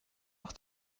auch